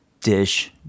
dish